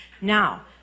Now